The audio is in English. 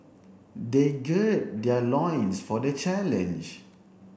they gird their loins for the challenge